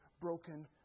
broken